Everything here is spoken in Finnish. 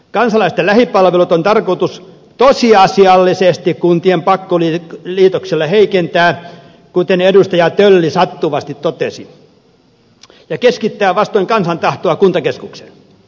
kansalaisten lähipalveluja on tarkoitus tosiasiallisesti kuntien pakkoliitoksilla heikentää kuten edustaja tölli sattuvasti totesi ja keskittää vastoin kansan tahtoa kuntakeskukseen